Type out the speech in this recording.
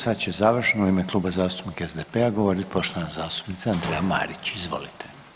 Sad će završno u ime Kluba zastupnika SDP-a govorit poštovana zastupnica Andreja Marić, izvolite.